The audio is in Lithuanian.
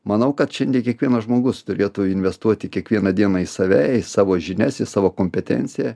manau kad šiandei kiekvienas žmogus turėtų investuoti kiekvieną dieną į save į savo žinias į savo kompetenciją